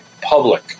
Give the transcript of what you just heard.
public